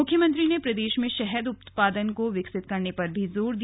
मुख्यमंत्री ने प्रदेश में शहद उत्पादन के क्षेत्र विकसित करने पर भी जोर दिया